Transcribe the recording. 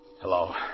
Hello